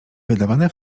wydawane